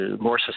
more